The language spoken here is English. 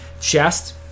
chest